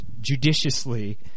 judiciously